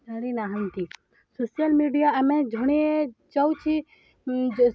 ଜାଣି ନାହାନ୍ତି social media ଆମେ ଜଣେ ଯାଉଛି